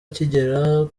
akigera